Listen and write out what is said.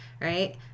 Right